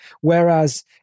Whereas